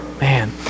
Man